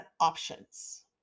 options